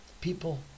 People